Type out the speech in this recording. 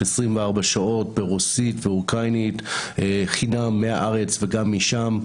24 שעות ברוסית ואוקראינית חינם מהארץ וגם משם,